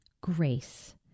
grace